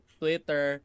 twitter